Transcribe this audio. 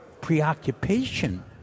preoccupation